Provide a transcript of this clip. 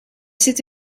zit